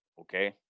okay